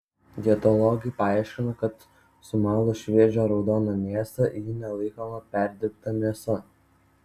dietologai paaiškino kad sumalus šviežią raudoną mėsą ji nelaikoma perdirbta mėsa